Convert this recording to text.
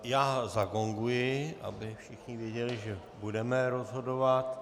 Já zagonguji, aby všichni věděli, že budeme rozhodovat.